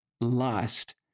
lust